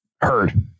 Heard